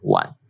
one